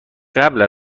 قبل